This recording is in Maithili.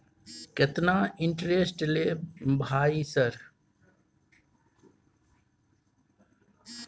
केतना इंटेरेस्ट ले भाई सर?